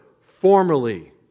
formerly